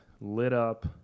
lit-up